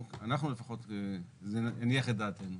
אנחנו לפחות זה הניח את דעתנו.